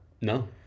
No